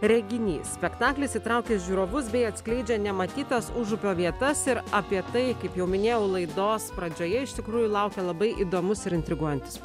reginys spektaklis įtraukia žiūrovus bei atskleidžia nematytas užupio vietas ir apie tai kaip jau minėjau laidos pradžioje iš tikrųjų laukia labai įdomus ir intriguojantis